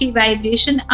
vibration